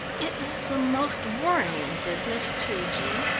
it is the most worrying business, too, jean.